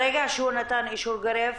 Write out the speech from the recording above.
ברגע שהוא נתן אישור גורף,